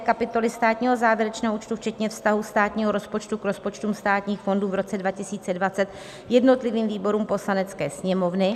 Kapitoly státního závěrečného účtu včetně vztahu státního rozpočtu k rozpočtům státních fondů v roce 2020 jednotlivým výborům Poslanecké sněmovny.